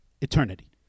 eternity